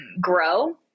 grow